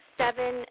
seven